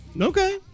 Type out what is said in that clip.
Okay